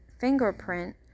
fingerprint